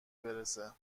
برسه